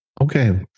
Okay